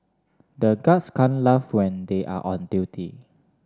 the guards can't laugh when they are on duty